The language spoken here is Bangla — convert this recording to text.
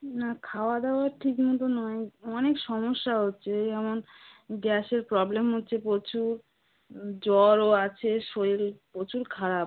না খাওয়াদাওয়া ঠিকমতো নয় অনেক সমস্যা হচ্ছে ওই যেমন গ্যাসের প্রবলেম হচ্ছে প্রচুর জ্বরও আছে শরীর প্রচুর খারাপ